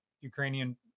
ukrainian